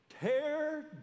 tear